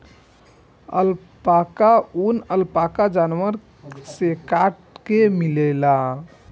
alpaca ऊन, alpaca जानवर से काट के मिलेला